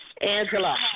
Angela